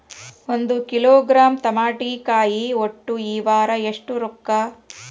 ಒಂದ್ ಕಿಲೋಗ್ರಾಂ ತಮಾಟಿಕಾಯಿ ಒಟ್ಟ ಈ ವಾರ ಎಷ್ಟ ರೊಕ್ಕಾ?